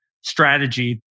strategy